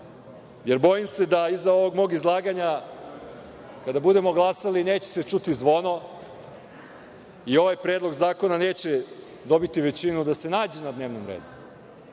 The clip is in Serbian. jer bojim se da iza ovog mog izlaganja, kada budemo glasali, neće se čuti zvono i ovaj predlog zakona neće dobiti većinu da se nađe na dnevnom redu.